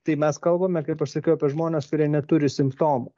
tai mes kalbame kaip aš sakiau apie žmones kurie neturi simptomų